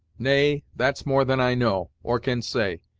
nay, that's more than i know, or can say.